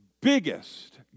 biggest